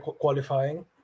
qualifying